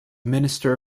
minister